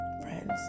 friends